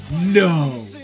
No